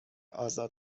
آزاد